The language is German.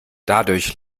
dadurch